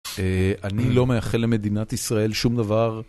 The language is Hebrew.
אני לא מאחל למדינת ישראל שום דבר...